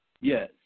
Yes